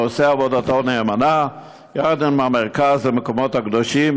העושה עבודתו נאמנה יחד עם המרכז למקומות הקדושים,